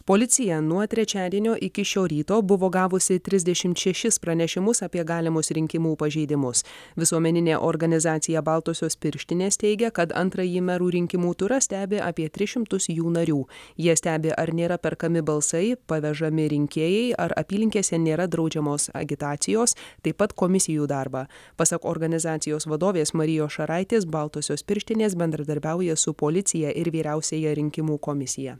policija nuo trečiadienio iki šio ryto buvo gavusi trisdešimt šešis pranešimus apie galimus rinkimų pažeidimus visuomeninė organizacija baltosios pirštinės teigia kad antrąjį merų rinkimų turą stebi apie tris šimtus jų narių jie stebi ar nėra perkami balsai pavežami rinkėjai ar apylinkėse nėra draudžiamos agitacijos taip pat komisijų darbą pasak organizacijos vadovės marijos šaraitės baltosios pirštinės bendradarbiauja su policija ir vyriausiąja rinkimų komisija